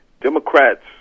Democrats